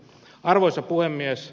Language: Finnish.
arvoisa puhemies